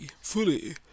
Fully